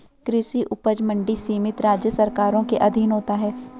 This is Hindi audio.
कृषि उपज मंडी समिति राज्य सरकारों के अधीन होता है